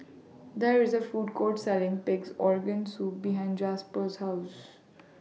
There IS A Food Court Selling Pig'S Organ Soup behind Jasper's House